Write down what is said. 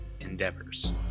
endeavors